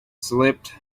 slipped